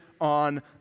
on